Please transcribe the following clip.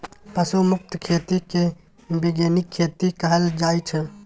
पशु मुक्त खेती केँ बीगेनिक खेती कहल जाइ छै